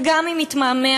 וגם אם יתמהמה,